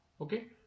Okay